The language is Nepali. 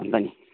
हुन्छ नि